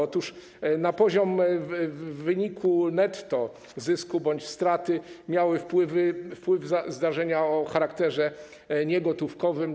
Otóż na poziom wyniku netto zysku bądź straty miały wpływ zdarzenia o charakterze niegotówkowym.